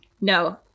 No